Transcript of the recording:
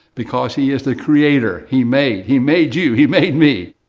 because he is the creator, he made, he made you, he made me.